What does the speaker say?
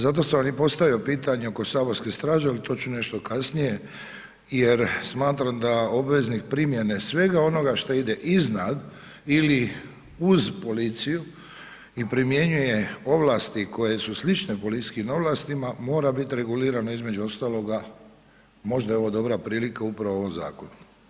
Zato sam vam i postavio pitanje oko saborske straže, ali to ću nešto kasnije jer smatram da obveznik primjene svega onoga šta ide iznad ili uz policiju i primjenjuje ovlasti koje su slične policijskim ovlastima mora biti regulirano između ostaloga, možda je dobra prilika upravo u ovom zakonu.